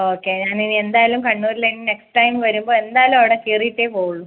okay ഞാൻ ഇനി എന്തായാലും കണ്ണൂരില് ഇനി നെക്സ്റ്റ് ടൈം വരുമ്പോൾ എന്തായാലും അവിടെ കയറിയിട്ടേ പോകുള്ളൂ